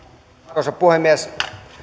arvoisa puhemies